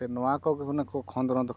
ᱱᱚᱣᱟ ᱠᱚᱜᱮ ᱦᱩᱱᱟᱹᱜ ᱠᱚ ᱠᱷᱚᱸᱫᱽᱨᱚᱱ ᱠᱷᱟᱱ